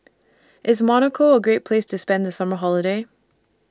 IS Monaco A Great Place to spend The Summer Holiday